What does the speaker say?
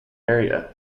area